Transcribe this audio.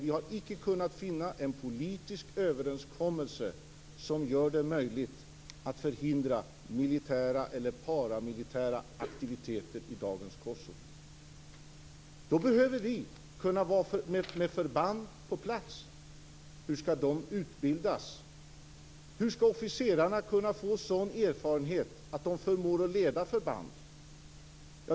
Vi har icke kunnat finna en politisk överenskommelse som gör det möjligt att förhindra militära eller paramilitära aktiviteter i dagens Kosovo. Då behöver vi kunna vara på plats med förband. Hur skall de utbildas? Hur skall officerarna kunna få sådan erfarenhet att de förmår leda förband?